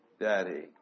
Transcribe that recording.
Daddy